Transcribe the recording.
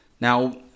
Now